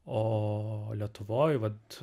o lietuvoj vat